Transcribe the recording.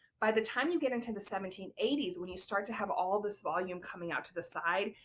by the time you get into the seventeen eighty s when you start to have all this volume coming out to the side,